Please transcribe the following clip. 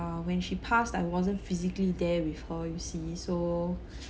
when she passed I wasn't physically there with her you see so